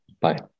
Bye